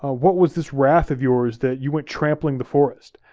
ah what was this wrath of yours that you went trampling the forest?